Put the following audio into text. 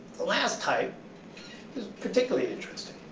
the last type is particularly interesting.